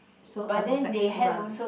so I was like run